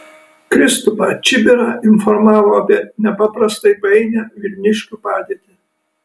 kristupą čibirą informavo apie nepaprastai painią vilniškių padėtį